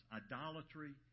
idolatry